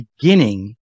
beginning